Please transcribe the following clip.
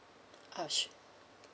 ah sure